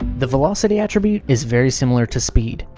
the velocity attribute is very similar to speed,